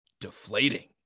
deflating